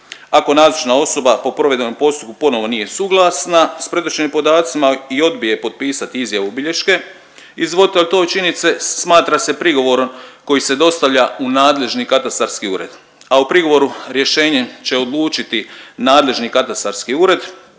Ako nazočna osoba po provedenom postupku ponovno nije suglasna sa predočenim podacima i odbije potpisati izjavu bilješke …/Govornik se ne razumije./… smatra se prigovorom koji se dostavlja u nadležni katastarski ured, a u prigovoru rješenjem će odlučiti nadležni katastarski ured